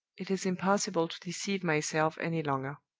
it is impossible to deceive myself any longer.